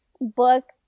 Book